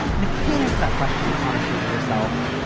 and if you can't answer that question honestly to yourself,